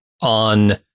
on